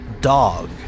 dog